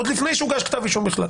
עוד לפני שהוגש כתב אישום בכלל.